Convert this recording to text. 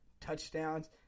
touchdowns